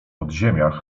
podziemiach